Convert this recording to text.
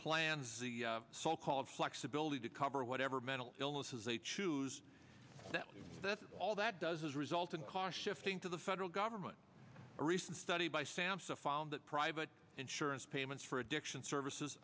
plans the so called flexibility to cover whatever mental illnesses they choose that's all that does is result in cost shifting to the federal government a recent study by sampson found that private insurance payments for addiction services